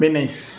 Venice